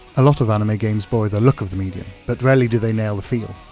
a lot of anime games boy the look of the medium, but rarely do they nail the feel.